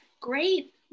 great